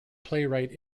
playwright